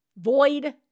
void